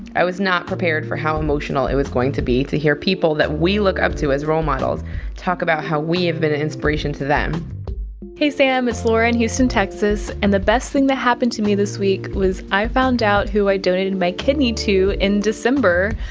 i was not prepared for how emotional it was going to be to hear people that we look up to as role models talk about how we have been an inspiration to them hey, sam. it's laura in houston, texas. and the best thing that happened to me this week was i found out who i donated my kidney to in december.